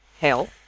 hell